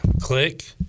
click